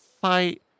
fight